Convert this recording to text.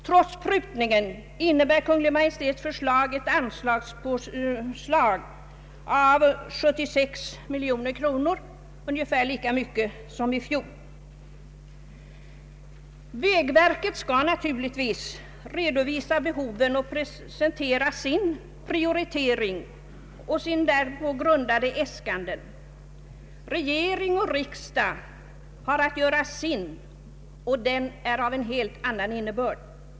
Trots prutningen innebär Kungl. Maj:ts förslag en anslagsuppräkning Vägverket skall naturligtvis redovisa behoven och presentera sin prioritering och sina därpå grundade äskanden. Regering och riksdag har att göra sin bedömning, och den är av en helt annan innebörd.